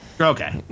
okay